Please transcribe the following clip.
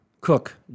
Cook